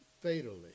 fatally